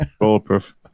Bulletproof